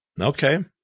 Okay